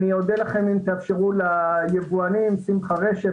אודה לכם אם תאפשרו ליבואנים שמחה רשף,